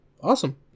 awesome